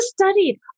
studied